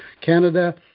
Canada